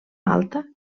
alta